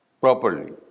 properly